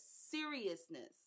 seriousness